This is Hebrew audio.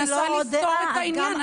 אני מנסה לפתור את העניין.